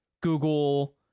google